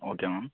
okay ma'am